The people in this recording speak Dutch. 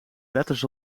letters